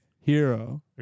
Hero